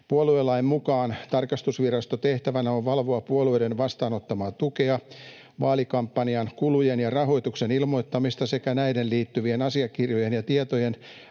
Puoluelain mukaan tarkastusviraston tehtävänä on valvoa puolueiden vastaanottamaa tukea, vaalikampanjan kulujen ja rahoituksen ilmoittamista sekä näihin liittyvien asiakirjojen ja tietojen